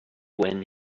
when